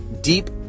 deep